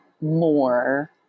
more